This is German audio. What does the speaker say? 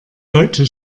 deutsche